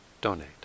donate